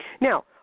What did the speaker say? Now